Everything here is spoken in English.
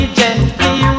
gently